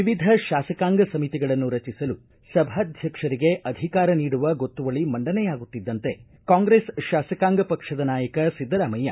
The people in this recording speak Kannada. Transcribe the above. ವಿವಿಧ ಶಾಸಕಾಂಗ ಸಮಿತಿಗಳನ್ನು ರಚಿಸಲು ಸಭಾಧ್ಯಕ್ಷರಿಗೆ ಅಧಿಕಾರನೀಡುವ ಗೊತ್ತುವಳಿ ಮಂಡನೆಯಾಗುತ್ತಿದ್ದಂತೆ ಕಾಂಗ್ರೆಸ್ ಶಾಸಕಾಂಗ ಪಕ್ಷದ ನಾಯಕ ಸಿದ್ದರಾಮಯ್ಯ